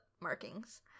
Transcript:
markings